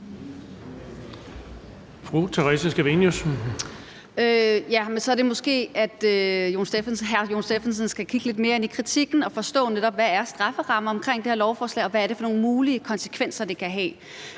så er det måske sådan, at hr. Jon Stephensen skal kigge lidt mere ind i kritikken og netop forstå, hvad der er strafferammen i forbindelse med det lovforslag, og hvad det er for nogle mulige konsekvenser, det kan have.